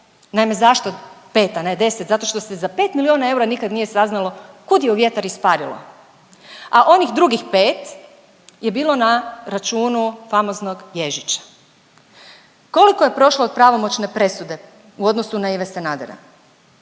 Naime zašto 5 a ne 10? Zato što se za 5 milijona eura nikad nije saznalo kud je u vjetar isparilo, a onih drugih 5 je bilo na računu famoznog Ježića. Koliko je prošlo od pravomoćne presude u odnosu na Ive Sanadera?